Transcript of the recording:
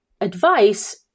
advice